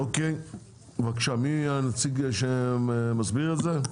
בבקשה, מי הנציג שמסביר את זה?